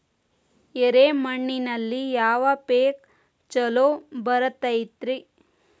ಎರೆ ಮಣ್ಣಿನಲ್ಲಿ ಯಾವ ಪೇಕ್ ಛಲೋ ಬರತೈತ್ರಿ?